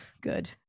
Good